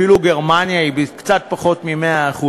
אפילו בגרמניה זה קצת פחות מ-100%,